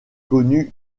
connut